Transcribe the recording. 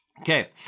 Okay